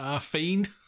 fiend